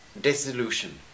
dissolution